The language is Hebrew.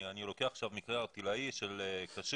אני לוקח מקרה ערטילאי של קשיש